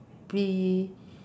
be